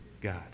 God